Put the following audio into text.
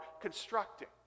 constructing